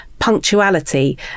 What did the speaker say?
punctuality